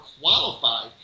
qualified